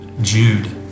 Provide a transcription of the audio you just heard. Jude